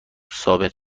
ثابت